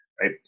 right